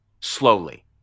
slowly